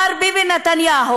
מר ביבי נתניהו,